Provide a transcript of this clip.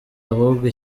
ahubwo